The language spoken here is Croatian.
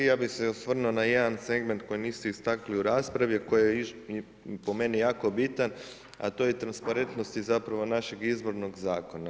Ja bi se osvrnuo na jedan segment koji niste istakli u raspravi, a koji je po meni jako bitan, a to je transparentnost i zapravo našeg Izbornog zakona.